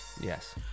Yes